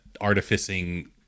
artificing